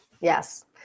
Yes